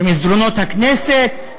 במסדרונות הכנסת.